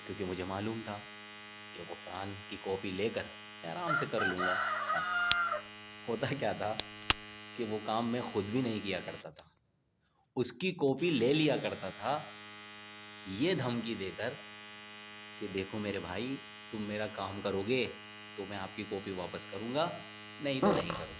کیونکہ مجھے معلوم تھا کہ غفران کی کاپی لے کر میں آرام سے کر لوں گا کام ہوتا کیا تھا کہ وہ کام میں خود بھی نہیں کیا کرتا تھا اس کی کاپی لے لیا کرتا تھا یہ دھمکی دے کر کہ دیکھو میرے بھائی تم میرا کام کرو گے تو میں آپ کی کاپی واپس کروں گا نہیں تو نہیں کروں گا